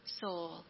soul